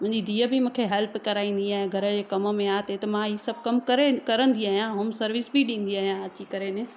मुंहिंजी धीउ बि मूंखे हेल्प कराईंदी आहे घर जे कम में त ते मां इहे सभु कम कंदी आहियां होम सर्विस बि ॾींदी आहियां अची करे